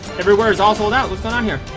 everywhere is all sold out, whats going on here?